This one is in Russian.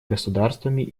государствами